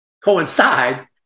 coincide